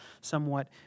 somewhat